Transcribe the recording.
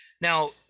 Now